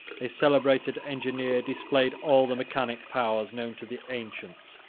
a celebrated engineer displayed all the mechanic powers known to the ancients.